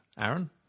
Aaron